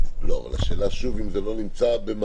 --- אבל השאלה היא שוב, אם זה לא נמצא במערכת